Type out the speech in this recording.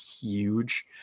huge